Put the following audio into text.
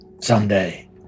Someday